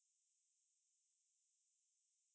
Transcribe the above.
ஆமா சுயநல சுயநல வாதிகள்:aamaa suyanala suyanala vaathigal